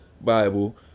bible